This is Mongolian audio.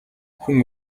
хүн